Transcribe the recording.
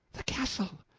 the castle!